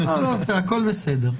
הכול בסדר.